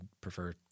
prefer